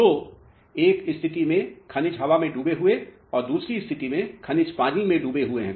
तो एक स्थिति में खनिज हवा में डूबे हुए हैं दूसरे स्थिति में खनिज पानी में डूबे हुए हैं